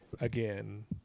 again